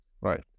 Right